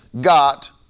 got